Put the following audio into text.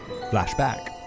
flashback